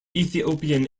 ethiopian